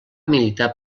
militar